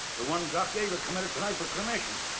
the one doc yager committed tonight for cremation.